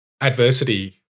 adversity